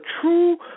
true